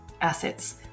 assets